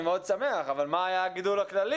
אני מאוד שמח אבל מה היה הגידול הכללי